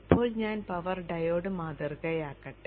ഇപ്പോൾ ഞാൻ power diode മാതൃകയാക്കട്ടെ